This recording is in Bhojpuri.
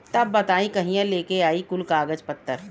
तब बताई कहिया लेके आई कुल कागज पतर?